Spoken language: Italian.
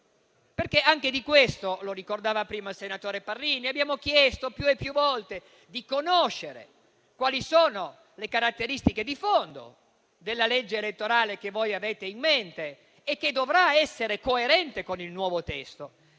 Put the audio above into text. Anche su questo punto, come ricordava prima il senatore Parrini, abbiamo chiesto più e più volte di conoscere quali sono le caratteristiche di fondo della legge elettorale che avete in mente e che dovrà essere coerente con il nuovo testo.